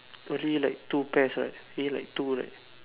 only like two pairs right only like two right